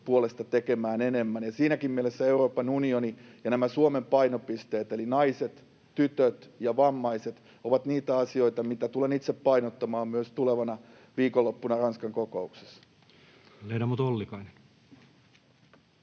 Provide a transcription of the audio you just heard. puolesta tekemään enemmän. Siinäkin mielessä Euroopan unioni ja nämä Suomen painopisteet — eli naiset, tytöt ja vammaiset — ovat niitä asioita, mitä tulen itse painottamaan myös tulevana viikonloppuna Ranskan kokouksessa.